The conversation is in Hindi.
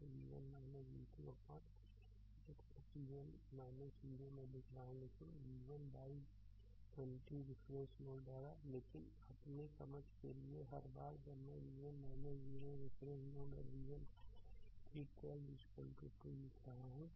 तो v1 v2 अपान 8 v1 0 मैं लिख रहा हूँ लेकिन v1बाइ 20 रिफरेंस नोड द्वारा लेकिन अपने समझ के लिए हर बार जब मैं v1 0 रिफरेंस नोड और v1 v3 12 2 पर लिख रहा हूँ